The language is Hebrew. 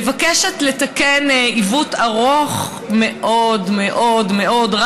מבקשת לתקן עיוות ארוך מאוד מאוד מאוד,